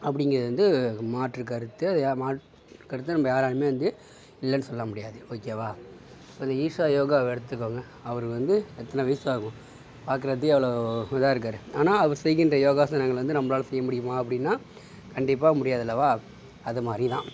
அப்படிங்கிறது வந்து மாற்று கருத்து மாற்று கருத்து நம்ம யாராலும் வந்து இல்லைனு சொல்ல முடியாது ஓகேவா இப்போ ஈஷா யோகாவை எடுத்துக்கோங்க அவரு வந்து எத்தனை வயசு ஆகும் பார்க்குறத்து அவ்வளோ இதாகருக்காரு ஆனால் அவரு செய்கின்ற யோகாசனங்கள் வந்து நம்மளால செய்ய முடியுமா அப்படினா கண்டிப்பாக முடியாதல்லவா அதை மாதிரி தான்